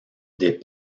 des